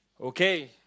Okay